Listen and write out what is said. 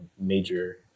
major